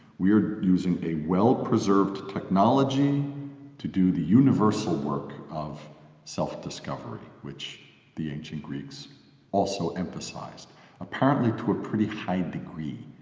we are using a well preserved technology to do the universal work of self-discovery which the ancient greeks also emphasized apparently to a pretty high degree,